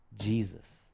Jesus